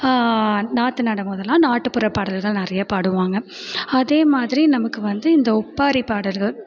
நாற்று நடும் போதெல்லாம் நாட்டுபுற பாடல்கள் நிறையா பாடுவாங்க அதே மாதிரி நமக்கு வந்து இந்த ஒப்பாரி பாடல்கள்